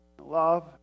love